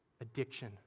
addiction